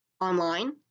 online